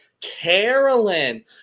Carolyn